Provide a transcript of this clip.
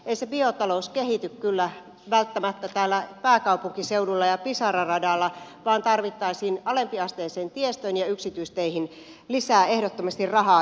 ei se biotalous kehity välttämättä täällä pääkaupunkiseudulla ja pisara radalla vaan tarvittaisiin alempiasteiseen tiestöön ja yksityisteihin lisää ehdottomasti rahaa